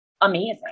amazing